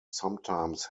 sometimes